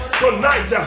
tonight